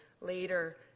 later